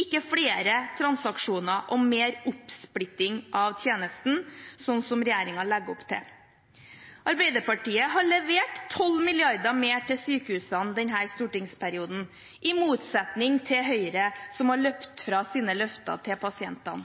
ikke flere transaksjoner og mer oppsplitting av tjenesten, sånn som regjeringen legger opp til. Arbeiderpartiet har levert 12 mrd. kr mer til sykehusene i denne stortingsperioden – i motsetning til Høyre, som har løpt fra sine løfter til pasientene.